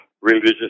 religious